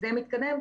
זה מתקדם.